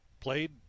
played